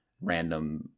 random